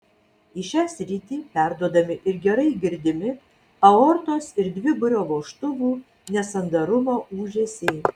į šią sritį perduodami ir gerai girdimi aortos ir dviburio vožtuvų nesandarumo ūžesiai